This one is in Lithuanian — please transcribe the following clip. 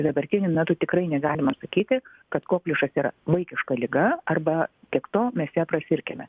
dabartiniu metu tikrai negalima sakyti kad kokliušas yra vaikiška liga arba tiek to mes ją prasirkime